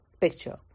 picture